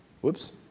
Whoops